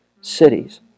cities